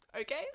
Okay